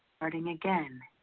starting again,